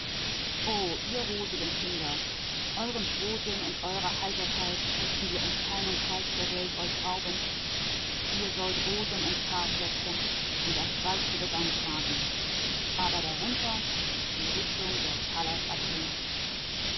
o ihr rosigen kinder euren frohsinn und eure heiterkeit möchten wir um keinen preis der welt euch rauben ihr sollt rosen in's haar flechten und das weiße gewand tragen aber darunter die rüstung der pallas athene